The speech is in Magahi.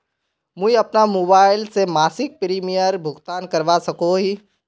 मुई अपना मोबाईल से मासिक प्रीमियमेर भुगतान करवा सकोहो ही?